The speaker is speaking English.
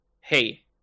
hey